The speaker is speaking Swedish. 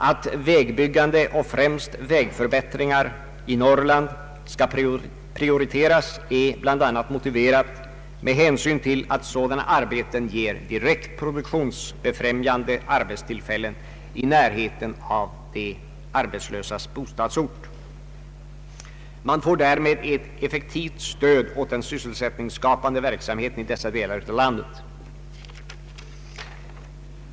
Att vägbyggande och främst vägförbättringar i Norrland skall prioriteras är bl.a. motiverat av att sådana arbeten ger direkt produktionsbefrämjande arbetstillfällen i närheten av de arbetslösas bostadsort. Man får därmed ett effektivt stöd åt den sysselsättningsskapande verksamheten i dessa delar av landet.